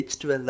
H12